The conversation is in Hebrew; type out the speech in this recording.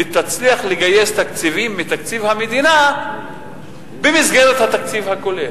ותצליח לגייס תקציבים מתקציב המדינה במסגרת התקציב הכולל.